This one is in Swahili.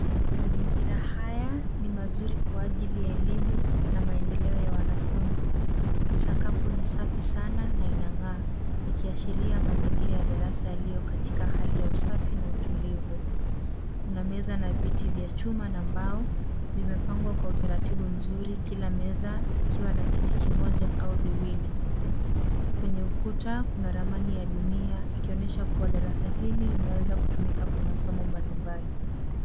Mazingira haya ni mazuri kwa ajili ya elimu na maendeleo ya wanafunzi. Sakafu ni safi sana na inangaa ikiashiria mazingira ya darasa yaliyo katika hali ya usafi na utulivu. Kuna meza na viti vya chuma na mbao. Vimepangwa kwa utaratibu mzuri kila meza ikiwa na kiti kimoja au viwili. Kwenye ukuta kuna ramani ya dunia ikionyesha kuwa darasa hili linaweza kutumika kwa masomo mbalimbali.